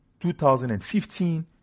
2015